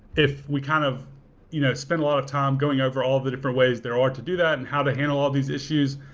if we kind of you know spend a lot of time going overall the different ways there are to do that and how to handle all these issues,